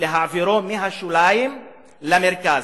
ולהעבירו מהשוליים למרכז,